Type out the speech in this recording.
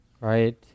right